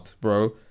bro